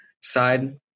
side